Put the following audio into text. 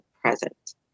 present